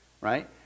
right